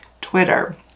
Twitter